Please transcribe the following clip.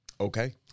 Okay